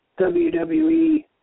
WWE